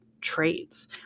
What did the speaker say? traits